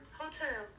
hotel